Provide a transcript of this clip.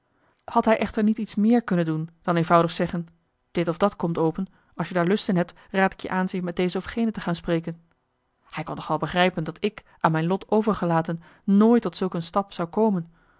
had hij echter niet iets meer kunnen doen marcellus emants een nagelaten bekentenis dan eenvoudig zeggen dit of dat komt open als je daar lust in hebt raad ik je aan eens met deze of gene te gaan spreken hij kon toch wel begrijpen dat ik aan mijn lot overgelaten nooit tot zulk een stap zou komen